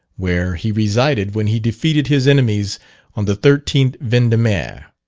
where he resided when he defeated his enemies on the thirteenth vendimaire.